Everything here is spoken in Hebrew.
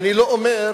אני לא אומר.